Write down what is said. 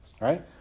right